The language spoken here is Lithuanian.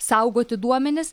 saugoti duomenis